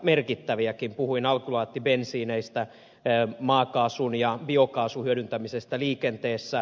puhuin alkylaattibensiineistä maakaasun ja biokaasun hyödyntämisestä liikenteessä